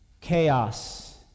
Chaos